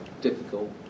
difficult